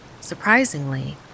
Surprisingly